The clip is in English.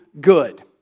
good